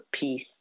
peace